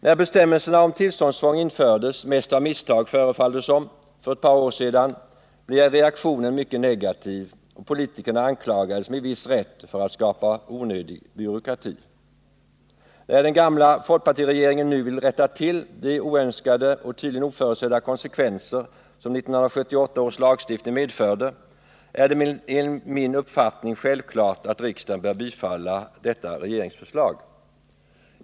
När bestämmelserna om tillståndstvång infördes för ett par år sedan — mest av misstag, förefaller det som — blev reaktionen mycket negativ, och politikerna anklagades med en viss rätt för att skapa onödig byråkrati. När regeringen nu vill rätta till de oönskade och tydligen oförutsedda konsekvenser som 1978 års lagstiftning — på förslag av den gamla folkpartiregeringen — medförde är det enligt min uppfattning självklart att riksdagen bör bifalla detta regeringsförslag.